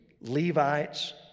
Levites